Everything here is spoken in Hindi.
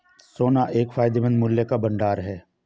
सोना एक फायदेमंद मूल्य का भंडार है